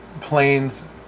planes